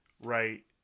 right